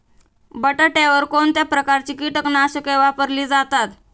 बटाट्यावर कोणत्या प्रकारची कीटकनाशके वापरली जातात?